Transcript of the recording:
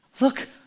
look